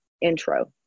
intro